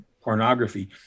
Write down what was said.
pornography